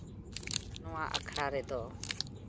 ᱱᱚᱣᱟ ᱟᱠᱷᱲᱟ ᱨᱮᱫᱚ